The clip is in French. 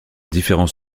différents